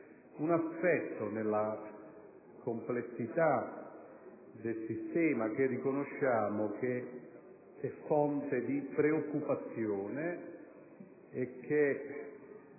un aspetto della complessità del sistema che riconosciamo essere fonte di preoccupazione e che